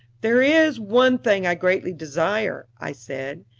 there is one thing i greatly desire, i said.